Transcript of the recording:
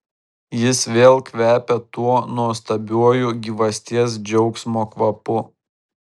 jis vėl kvepia tuo nuostabiuoju gyvasties džiaugsmo kvapu